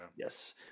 Yes